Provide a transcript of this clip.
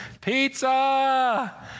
pizza